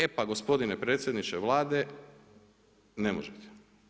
E pa gospodine predsjedniče Vlade, ne možete.